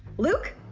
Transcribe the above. luke,